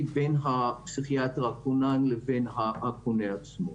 בין הפסיכיאטר הכונן לבין הפונה עצמו.